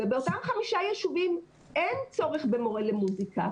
ובאותם חמישה יישובים אין צורך במורה למוסיקה,